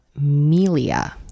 melia